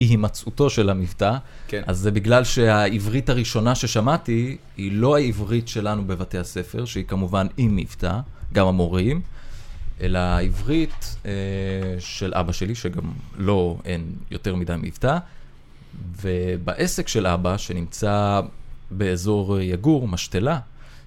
אי המצאותו של המבטא, אז זה בגלל שהעברית הראשונה ששמעתי היא לא העברית שלנו בבתי הספר, שהיא כמובן עם מבטא, גם המורים, אלא העברית של אבא שלי, שגם לא, אין יותר מידי מבטא, ובעסק של אבא, שנמצא באזור יגור, משתלה.